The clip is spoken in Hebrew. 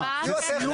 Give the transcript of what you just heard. ספציפית.